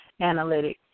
analytics